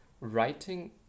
writing